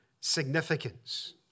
significance